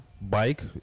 Bike